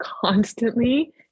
constantly